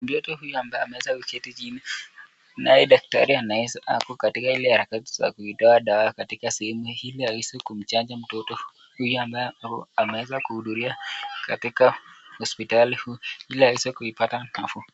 Mtoto huyu ambaye ameweza kuketi chini naye daktari ako katika ile harakati za kuitoa dawa katika sehemu hii ili aweze kumchanja mtoto huyu ambaye ameweza kuhudhuria katika hospitali hii ili aweze kuipata nafuu.